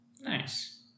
Nice